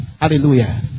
Hallelujah